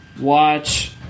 watch